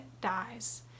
dies